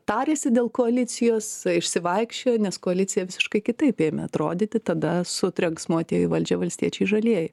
tarėsi dėl koalicijos išsivaikščiojo nes koalicija visiškai kitaip ėmė atrodyti tada su trenksmu atėjo į valdžią valstiečiai žalieji